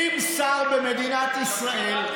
אם שר במדינת ישראל,